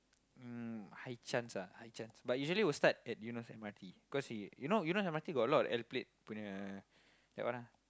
mm high chance ah high chance but usually will start at Eunos M_R_T cause you you know Eunos M_R_T got a lot of L plate punya that one ah